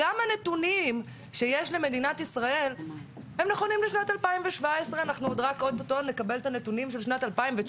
גם הנתונים שיש למדינת ישראל נכונים לשנת 2017. אנחנו אוטוטו נקבל את הנתונים של שנת 2019,